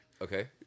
okay